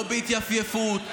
לא בהתייפייפות,